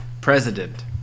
president